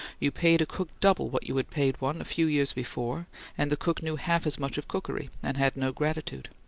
you paid a cook double what you had paid one a few years before and the cook knew half as much of cookery, and had no gratitude.